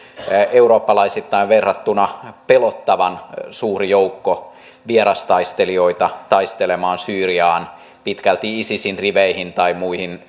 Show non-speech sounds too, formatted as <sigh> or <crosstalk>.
eurooppalaisittain verrattuna pelottavan suuri joukko vierastaistelijoita taistelemaan syyriaan pitkälti isisin riveihin tai muihin <unintelligible>